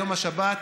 יום השבת,